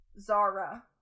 Zara